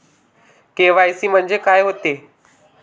KYC म्हंनजे का होते?